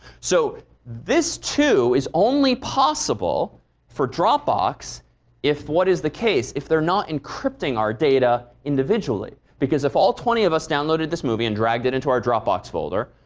so this too is only possible for dropbox if what is the case? if they're not encrypting our data individually. because if all twenty of us downloaded this movie and dragged it into our dropbox folder,